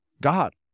God